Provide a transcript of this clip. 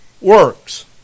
works